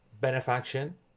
benefaction